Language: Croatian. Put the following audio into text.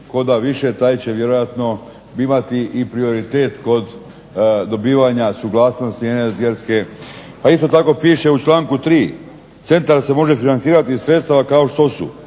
da više taj će vjerojatno imati i prioritet kod dobivanja suglasnosti energetske. Pa isto tako piše u članku 3. "Centar se može financirati iz sredstava kao što